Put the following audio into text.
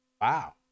Wow